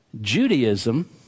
Judaism